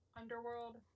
underworld